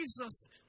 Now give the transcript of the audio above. Jesus